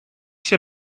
się